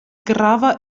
grava